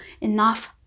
enough